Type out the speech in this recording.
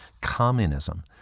communism